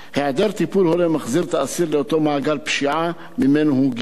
היעדר טיפול הולם מחזיר את האסיר לאותו מעגל פשיעה שממנו הוא הגיע,